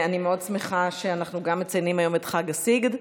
אני מאוד שמחה שאנחנו גם מציינים היום את חג הסיגד,